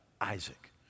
Isaac